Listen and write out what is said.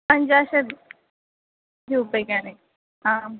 पञ्चाशत् रूप्यकाणि आम्